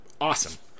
Awesome